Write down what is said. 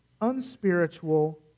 unspiritual